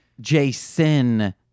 Jason